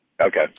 Okay